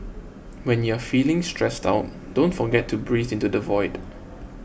when you are feeling stressed out don't forget to breathe into the void